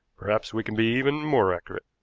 perhaps we can be even more accurate.